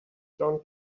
john